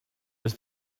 was